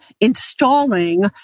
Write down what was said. installing